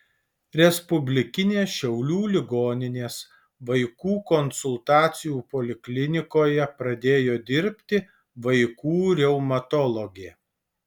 respublikinės šiaulių ligoninės vaikų konsultacijų poliklinikoje pradėjo dirbti vaikų reumatologė